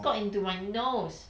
got into my nose